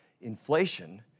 inflation